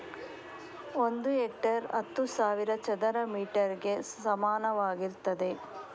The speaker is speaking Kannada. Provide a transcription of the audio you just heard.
ಒಂದು ಹೆಕ್ಟೇರ್ ಹತ್ತು ಸಾವಿರ ಚದರ ಮೀಟರ್ ಗೆ ಸಮಾನವಾಗಿರ್ತದೆ